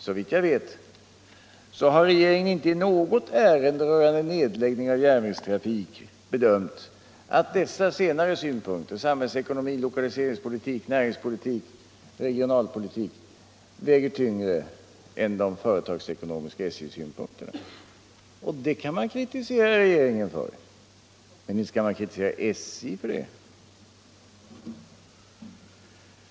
Såvitt jag vet har regeringen inte i något ärende rörande nedläggning av järnvägstrafik bedömt att dessa senare synpunkter — samhällsekonomiska, näringspolitiska, regionalpolitiska och lokaliseringspolitiska — väger tyngre än de företagsekonomiska. Det kan man kritisera regeringen för, men inte skall man kritisera SJ.